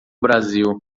brasil